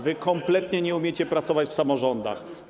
Wy kompletnie nie umiecie pracować w samorządach.